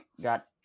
got